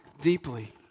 deeply